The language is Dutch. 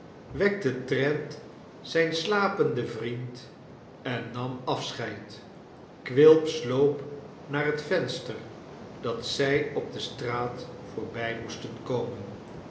wekte trent zijn slapenden vriend en nam afscheid quilp sloop naar het venster dat zij op de straat voorbij moesten komen